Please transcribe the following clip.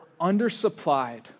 undersupplied